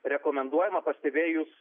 rekomenduojama pastebėjus